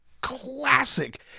classic